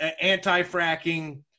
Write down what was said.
anti-fracking